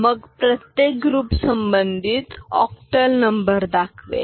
मग प्रत्येक ग्रुप संबंधित ऑक्टल नंबर दाखवेल